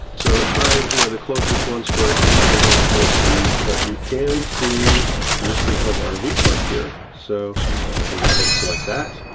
so finds you know the closest ones first, whispering hills, tennessee. but you can see the whispering hills ah rv park here. so we'll go ahead and select that.